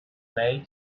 mate